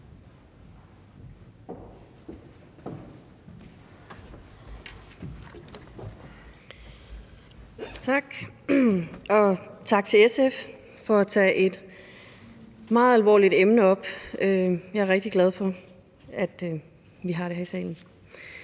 Tak. Og tak til SF for at tage et meget alvorligt emne op. Jeg er rigtig glad for, at vi har det her i salen.